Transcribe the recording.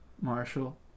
Marshall